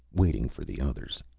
waiting for the others.